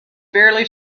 barely